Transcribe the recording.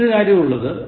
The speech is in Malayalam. മറ്റൊരു കാര്യം ഉള്ളത്